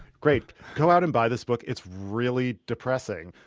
great, go out and buy this book, it's really depressing.